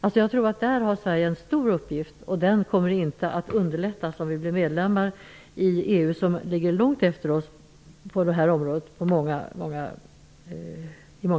Jag tror att Sverige har en stor uppgift där. Den kommer inte att underlättas om vi blir medlemmar i EU, som i många fall ligger långt efter oss.